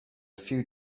few